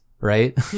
right